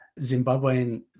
Zimbabwean